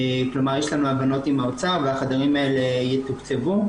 כלומר יש לנו הבנות עם האוצר והחדרים האלה יתוקצבו,